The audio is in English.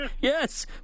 yes